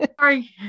Sorry